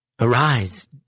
Arise